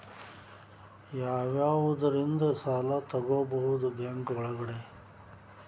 ಯಾವ್ಯಾವುದರಿಂದ ಸಾಲ ತಗೋಬಹುದು ಬ್ಯಾಂಕ್ ಒಳಗಡೆ?